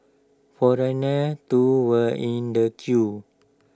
foreigners too were in the queue